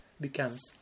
becomes